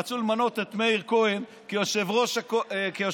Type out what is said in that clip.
רצו למנות את מאיר כהן ליושב-ראש הכנסת.